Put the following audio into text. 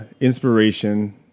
inspiration